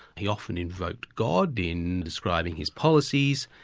he often invoked god in describing his policies,